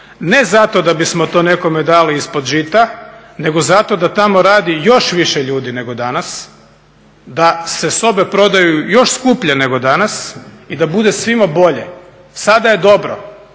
ne zato da bismo to nekome dali ispod žita nego zato da tamo radi još više ljudi nego danas, da se sobe prodaju još skuplje nego danas i da bude svima bolje. Sada je dobro,